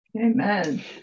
amen